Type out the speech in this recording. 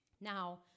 Now